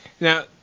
Now